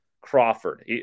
Crawford